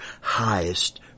highest